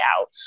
out